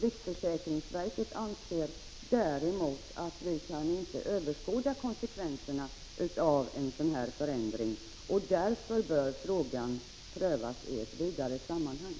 Riksförsäkringsverket anser däremot att vi inte kan överskåda konsekvenserna av en sådan här förändring, och därför bör frågan prövas i ett vidare sammanhang.